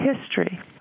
history